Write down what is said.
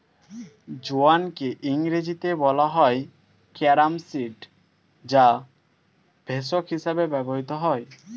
জোয়ানকে ইংরেজিতে বলা হয় ক্যারাম সিড যা ভেষজ হিসেবে ব্যবহৃত হয়